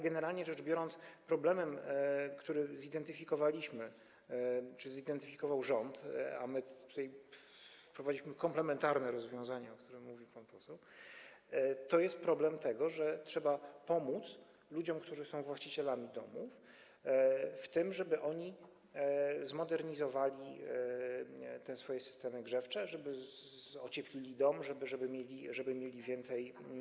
Generalnie rzecz biorąc, problemem, który zidentyfikowaliśmy, czyli zidentyfikował rząd, a my w tym zakresie wprowadziliśmy komplementarne rozwiązania, o których mówił pan poseł, jest problem tego, że trzeba pomóc ludziom, którzy są właścicielami domów, w tym, żeby oni zmodernizowali swoje systemy grzewcze, żeby ocieplili dom, żeby mieli więcej.